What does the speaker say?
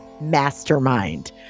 mastermind